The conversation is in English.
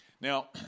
Now